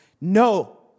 No